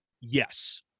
yes